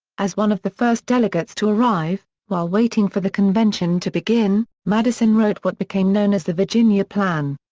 as one of the first delegates to arrive, while waiting for the convention to begin, madison wrote what became known as the virginia plan.